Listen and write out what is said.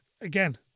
again